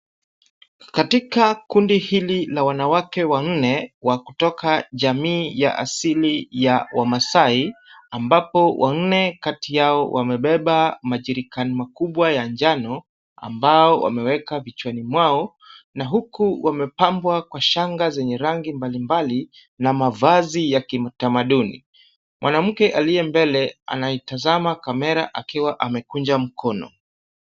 Katika kundi hili la wanawake wanne wa kutoka jamii ya asili ya Wamaasai ambapo wanne kati yao wamebeba majerrican makubwa ya njano ambao wameweka vichwani mwao na huku wamepambwa kwa shanga zenye rangi mbalimbali na mavazi ya kitamaduni. Mwanamke aliye mbele anaitazama kamera akiwa amekunja mkono.